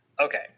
Okay